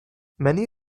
many